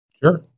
Sure